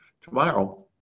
tomorrow